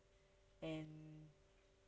and